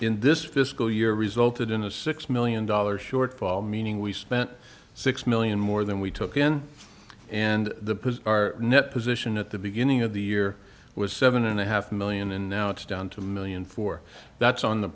in this fiscal year resulted in a six million dollars shortfall meaning we spent six million more than we took in and the our net position at the beginning of the year was seven and a half million and now it's down to a million for that's on the